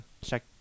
Check